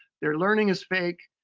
their learning is fake.